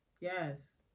Yes